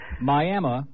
Miami